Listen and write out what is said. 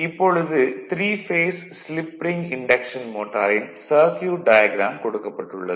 இப்பொழுது three phase slip ring induction மோட்டாரின் circuit diagram கொடுக்கப்பட்டுள்ளது